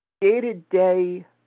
day-to-day